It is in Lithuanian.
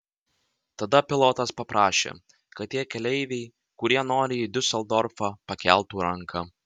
tada pilotas paprašė kad tie keleiviai kurie nori į diuseldorfą pakeltų ranką